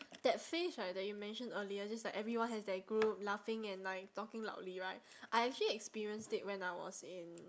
that phase right that you mention earlier just like everyone has their group laughing and like talking loudly right I actually experienced it when I was in